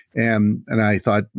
and and i thought,